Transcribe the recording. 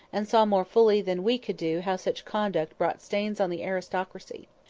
and saw more fully than we could do how such conduct brought stains on the aristocracy.